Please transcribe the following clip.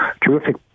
terrific